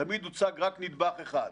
תמיד הוצג רק נדבך אחד,